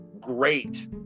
great